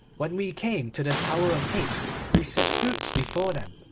when we came to the tower of apes we set fruits before them,